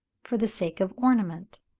for the sake of ornament.